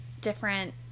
different